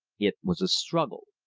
it was a struggle.